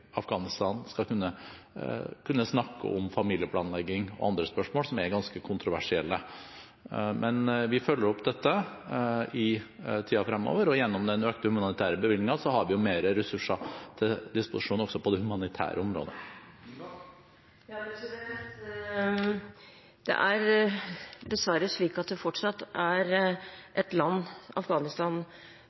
Afghanistan skal kunne snakke om familieplanlegging og andre spørsmål som er ganske kontroversielle. Men vi følger opp dette i tiden fremover, og gjennom den økte humanitære bevilgningen har vi flere ressurser til disposisjon også på det humanitære området. Det er dessverre slik at Afghanistan fortsatt er et land